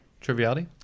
Triviality